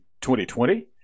2020